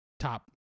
Top